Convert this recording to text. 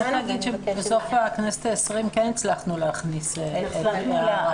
צריך להגיד שבסוף הכנסת ה-20 כן הצלחנו להכניס הארכה.